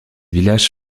villages